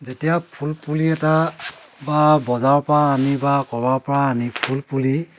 যেতিয়া ফুল পুলি এটা বা বজাৰৰ পৰা আনি বা ক'ৰবাৰ পৰা আনি ফুল পুলি